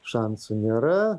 šansų nėra